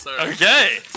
Okay